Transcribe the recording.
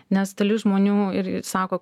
nes dalis žmonių ir ir sako